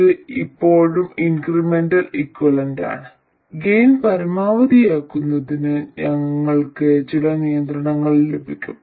ഇത് ഇപ്പോഴും ഇൻക്രിമെന്റൽ ഇക്വലന്റാണ് ഗെയിൻ പരമാവധിയാക്കുന്നതിന് ഞങ്ങൾക്ക് ചില നിയന്ത്രണങ്ങൾ ലഭിക്കും